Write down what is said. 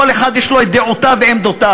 כל אחד יש לו דעותיו ועמדותיו.